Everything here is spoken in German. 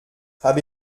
habe